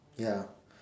ya